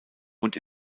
und